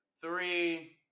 three